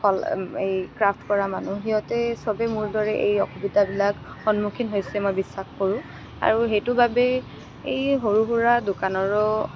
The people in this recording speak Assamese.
এই ক্ৰাফ্ট কৰা মানুহ সিহঁতে সবেই মোৰ দৰে এই অসুবিধাবিলাকৰ সন্মুখীন হৈছে মই বিশ্বাস কৰোঁ আৰু সেইটোৰ বাবে এই সৰু সুৰা দোকানৰো